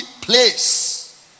place